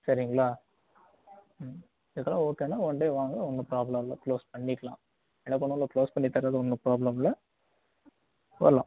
செரிங்களா ம் இதுக்குலாம் ஓகேன்னா ஒன் டே வாங்க ஒன்றும் ப்ராப்ளம் இல்லை க்ளோஸ் பண்ணிக்கலாம் எனக்கு ஒன்றுல்ல க்ளோஸ் பண்ணித்தறதில் ஒன்றும் ப்ராப்ளம் இல்லை